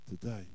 today